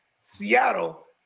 Seattle